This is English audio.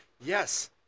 Yes